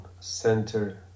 Center